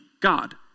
God